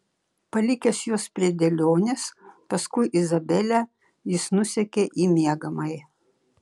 palikęs juos prie dėlionės paskui izabelę jis nusekė į miegamąjį